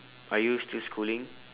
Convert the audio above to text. are you still schooling